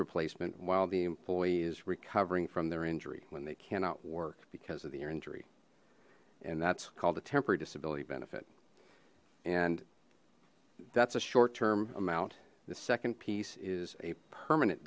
replacement while the employee is recovering from their injury when they cannot work because of the injury and that's called a temporary disability benefit and that's a short term amount the second piece is a permanent